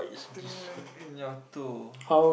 tinkling in your toe